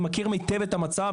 אני מכיר היטב את המצב,